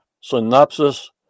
synopsis